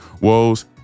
woes